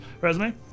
Resume